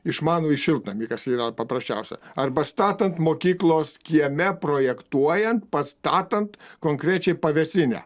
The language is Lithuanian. išmanųjį šiltnamį kas yra paprasčiausia arba statant mokyklos kieme projektuojant pastatant konkrečiai pavėsinę